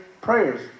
prayers